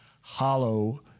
Hollow